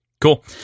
Cool